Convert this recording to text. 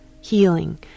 healing